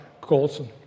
Colson